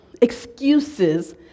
excuses